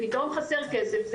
פתאום חסר כסף,